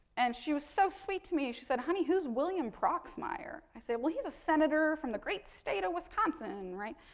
and she was so sweet to me. she said honey who's william proxmire? i said, well he's a senator from the great state of wisconsin, right.